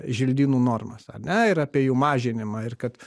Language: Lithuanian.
želdynų normas ar ne ir apie jų mažinimą ir kad